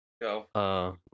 go